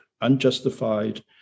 unjustified